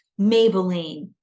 Maybelline